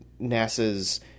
NASA's